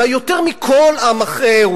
אולי יותר מכל עם אחר,